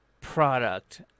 product